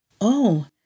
Oh